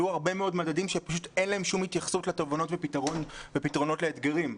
הרבה מאוד מדדים שפשוט אין להם שום התייחסות לתובנות ופתרונות לאתגרים.